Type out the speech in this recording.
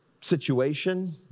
situation